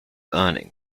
earnings